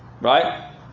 right